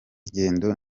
ngendo